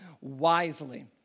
wisely